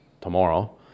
tomorrow